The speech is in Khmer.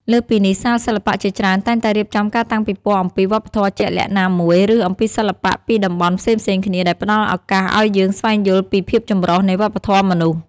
លើសពីនេះ សាលសិល្បៈជាច្រើនតែងតែរៀបចំការតាំងពិពណ៌អំពីវប្បធម៌ជាក់លាក់ណាមួយ ឬអំពីសិល្បៈពីតំបន់ផ្សេងៗគ្នា ដែលផ្តល់ឱកាសឲ្យយើងបានស្វែងយល់ពីភាពចម្រុះនៃវប្បធម៌មនុស្ស។